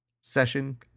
Session